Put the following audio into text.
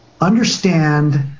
understand